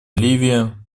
ливия